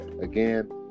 again